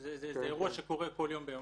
אירוע שקורה יום ביומו.